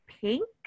pink